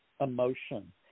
emotion